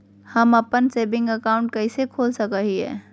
हम अप्पन saving account कइसे खोल सको हियै?